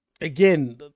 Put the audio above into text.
again